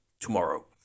tomorrow